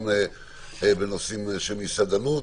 גם לנושאים של מסעדנות.